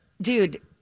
dude